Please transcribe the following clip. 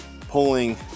pulling